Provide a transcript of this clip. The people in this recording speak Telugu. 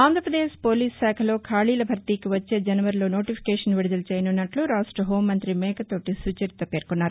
ఆంధ్రప్రదేశ్ పోలీసు శాఖలో ఖాళీల భర్తీకి వచ్చే జనవరిలో నోటిఫికేషన్ విడుదల చేయనున్నట్లు రాష్ట హోంమంతి మేకతోటి సుచరిత తెలిపారు